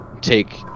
take